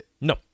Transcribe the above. No